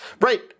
Right